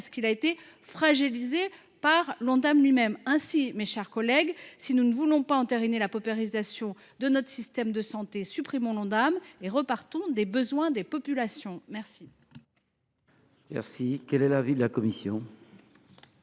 de santé, fragilisé par l’Ondam lui même. Mes chers collègues, si nous ne voulons pas entériner la paupérisation de notre système de santé, supprimons l’Ondam et repartons des besoins des populations. Quel